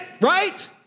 right